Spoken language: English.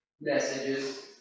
messages